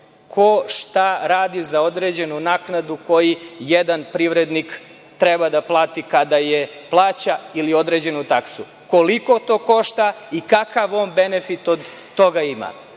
ko šta radi za određenu naknadu koju jedan privrednik treba da plati kada je plaća, ili određenu taksu, koliko to košta i kakav on benefit od toga ima.Za